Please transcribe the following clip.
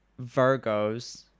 Virgos